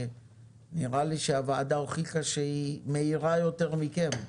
נראה לי שהוועדה הוכיחה שהיא מהירה יותר מכם,